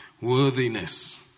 worthiness